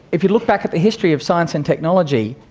if you look back at the history of science and technology,